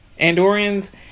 Andorians